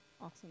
awesome